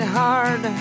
hard